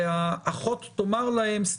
והאחות תאמר להם: סליחה,